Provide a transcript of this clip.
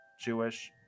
Jewish